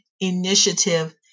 initiative